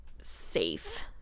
safe